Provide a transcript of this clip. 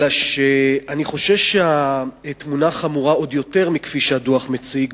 אלא שאני חושש שהתמונה חמורה עוד יותר משהדוח מציג,